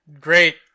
great